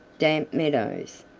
damp meadows,